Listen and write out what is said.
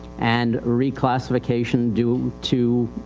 and reclassification due to,